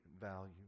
value